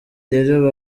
rero